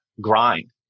grind